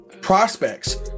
prospects